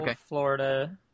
Florida